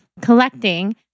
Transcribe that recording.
collecting